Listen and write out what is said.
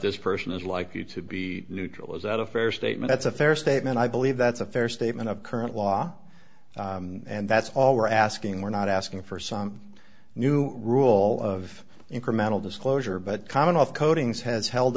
this person is likely to be neutral is that a fair statement it's a fair statement i believe that's a fair statement of current law and that's all we're asking we're not asking for some new rule of incremental disclosure but common